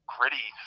Gritty